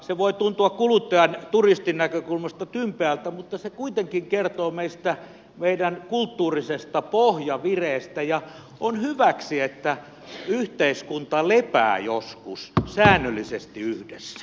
se voi tuntua kuluttajan turistin näkökulmasta tympeältä mutta se kuitenkin kertoo meidän kulttuurisesta pohjavireestä ja on hyväksi että yhteiskunta lepää joskus säännöllisesti yhdessä